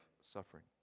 suffering